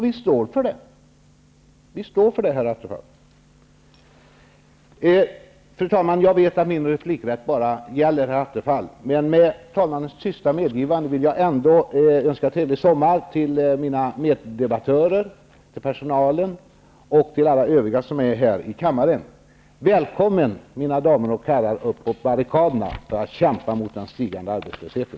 Vi står för det, herr Attefall. Fru talman! Jag vet att min replikrätt bara gäller herr Attefall. Men med talmannens tysta medgivande vill jag ändå önska mina meddebattörer, personalen och alla övriga i kammaren en trevlig sommar. Välkomna upp på barrikaderna mina damer och herrar, för att kämpa mot den stigande arbetslösheten!